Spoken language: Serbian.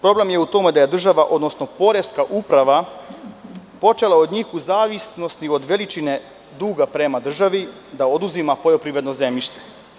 Problem je u tome da je država, odnosno poreska uprava počela od njih, u zavisnosti od veličine duga prema državi, da oduzima poljoprivredno zemljište.